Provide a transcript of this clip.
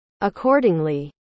accordingly